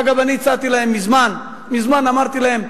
אגב, אני הצעתי להם מזמן, אמרתי להם,